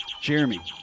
Jeremy